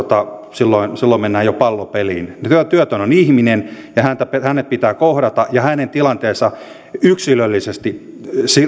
silloin mennään jo pallopeliin että koska työtön on ihminen hänet pitää kohdata ja hänen tilanteensa yksilöllisesti